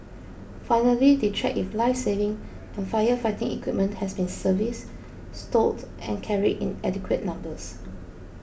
finally they check if lifesaving and firefighting equipment has been serviced stowed and carried in adequate numbers